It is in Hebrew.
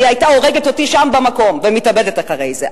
היא היתה הורגת אותי שם במקום ומתאבדת אחרי זה.